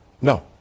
No